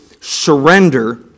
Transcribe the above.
surrender